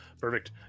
Perfect